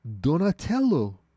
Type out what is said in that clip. Donatello